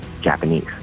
Japanese